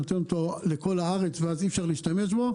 נותנים אותו לכל הארץ ואז אי אפשר להשתמש בו.